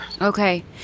Okay